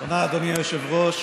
תודה, אדוני היושב-ראש.